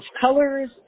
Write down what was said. colors